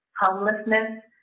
homelessness